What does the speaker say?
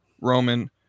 roman